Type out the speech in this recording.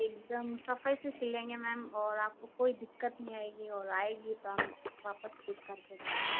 एकदम सफाई से सिलेंगे मैम और आपको कोई दिक्कत नहीं आएगी और आएगी तो हम वापस ठीक कर देंगे